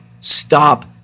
Stop